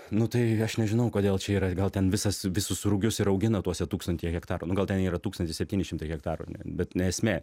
nu tai aš nežinau kodėl čia yra gal ten visas visus rugius ir augina tuose tūkstantyje hektarų nu gal ten yra tūkstantis septyni šimtai hektarų bet ne esmė